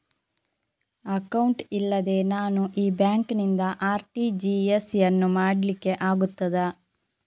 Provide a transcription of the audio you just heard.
Account ಇಲ್ಲದೆ ನಾನು ಈ ಬ್ಯಾಂಕ್ ನಿಂದ ಆರ್.ಟಿ.ಜಿ.ಎಸ್ ಯನ್ನು ಮಾಡ್ಲಿಕೆ ಆಗುತ್ತದ?